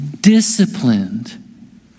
disciplined